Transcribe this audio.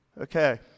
Okay